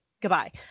Goodbye